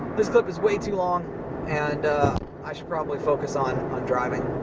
this clip is way too long and i should probably focus on on driving.